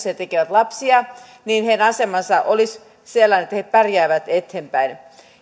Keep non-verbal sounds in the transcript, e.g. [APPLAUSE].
[UNINTELLIGIBLE] he tekevät lapsia niin heidän asemansa olisi sellainen että he pärjäävät eteenpäin